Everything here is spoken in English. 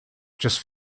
just